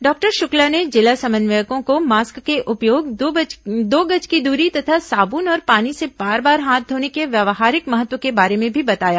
doctor Shukla ने जिला समन्वयकों को मास्क के उपयोग दो गज की दूरी तथा साबुन और पानी से बार बार हाथ धोने के व्यवहारिक महत्व के बारे में भी बताया